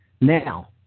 Now